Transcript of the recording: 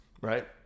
right